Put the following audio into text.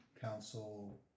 council